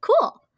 cool